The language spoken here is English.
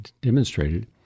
demonstrated